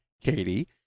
Katie